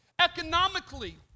economically